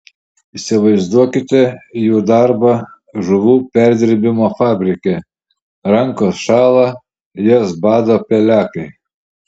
įsivaizduokite jų darbą žuvų perdirbimo fabrike rankos šąla jas bado pelekai